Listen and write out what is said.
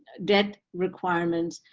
debt requirements,